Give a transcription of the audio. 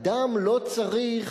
אדם לא צריך